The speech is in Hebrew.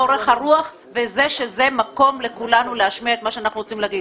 אורך הרוח וזה שזה מקום לכולנו להשמיע את מה שאנחנו רוצים להגיד.